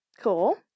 Cool